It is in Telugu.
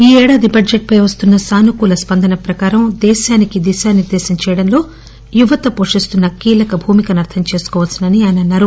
ఈ ఏడాది బడ్జెట్ పై వస్తున్న సానుకూల స్పందనల ప్రకారం దేశానికి దిశా నిర్దేశనం చేయడంలో యువత పోషిస్తున్న కీలక భూమికను అర్థం చేసుకోవచ్చని ఆయన అన్నారు